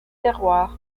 terroirs